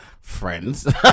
friends